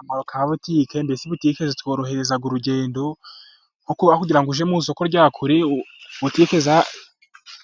Akamaro ka butiki. Mbese butiki zitworohereza urugendo. Aho kugira ngo ujye mu isoko rya kure, ujya hafi.